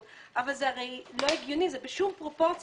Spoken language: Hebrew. אבל זה הרי לא הגיוני וזה בלי פרופורציה.